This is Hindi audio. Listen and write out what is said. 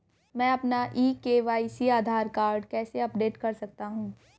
मैं अपना ई के.वाई.सी आधार कार्ड कैसे अपडेट कर सकता हूँ?